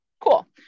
Cool